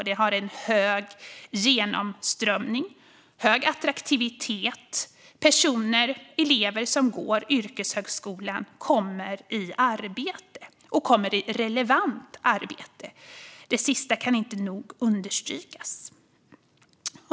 Den har en hög genomströmning och hög attraktivitet, och personer som går yrkeshögskolan kommer i arbete - i relevant arbete. Det sistnämnda kan inte nog understrykas.